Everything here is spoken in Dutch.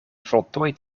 voltooid